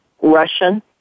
Russian